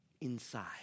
inside